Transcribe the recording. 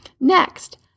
Next